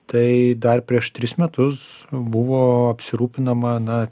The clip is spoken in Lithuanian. tai dar prieš tris metus buvo apsirūpinama na